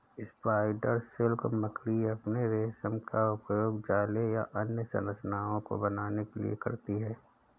spider silk मकड़ी अपने रेशम का उपयोग जाले या अन्य संरचनाओं को बनाने के लिए करती हैं